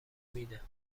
میده